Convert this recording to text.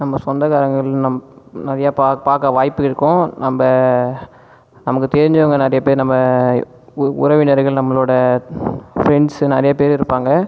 நம்ம சொந்தக்காரங்கள் நிறையா பார்க்க வாய்ப்பு இருக்கும் நம்ப நமக்கு தெரிஞ்சவங்க நிறையா பேர் நம்ம உறவினர்கள் நம்பளோடய ஃப்ரெண்ட்ஸ் நிறையா பேர் இருப்பாங்க